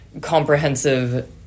comprehensive